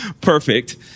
perfect